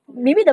but we're not